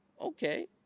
okay